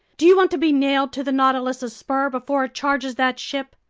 do you want to be nailed to the nautilus's spur before it charges that ship?